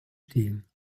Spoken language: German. stehen